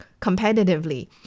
competitively